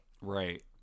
right